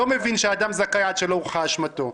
לא מבין שאדם זכאי עד שלא הוכחה אשמתו.